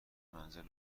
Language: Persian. منزل